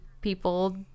People